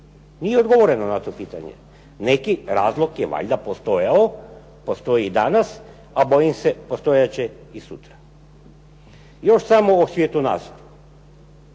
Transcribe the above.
Nije odgovoreno na to pitanje. Neki razlog je valjda postojao, postoji i danas, a bojim se postojat će i sutra. Još samo o svjetonazoru.